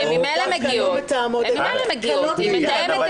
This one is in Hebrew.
היא מתאמת